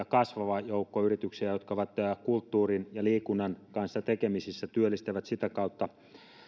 kasvava joukko yrityksiä jotka ovat kulttuurin ja liikunnan kanssa tekemisissä työllistävät sitä kautta